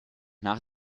nach